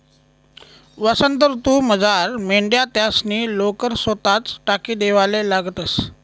वसंत ऋतूमझार मेंढ्या त्यासनी लोकर सोताच टाकी देवाले लागतंस